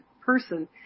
person